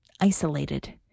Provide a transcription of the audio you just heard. isolated